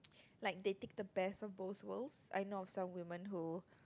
like they take the best of both worlds I know of some women who